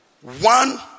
One